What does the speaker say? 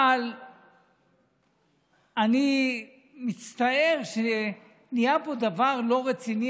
אבל אני מצטער שנהיה פה דבר לא רציני.